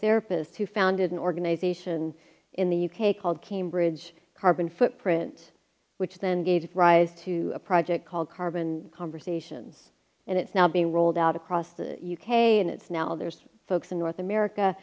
psychotherapist who founded an organization in the u k called cambridge carbon footprint which then gave rise to a project called carbon conversations and it's now being rolled out across the u k and it's now there's folks in north america